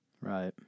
Right